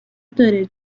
داره